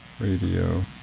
Radio